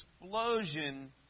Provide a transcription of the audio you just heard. explosion